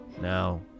Now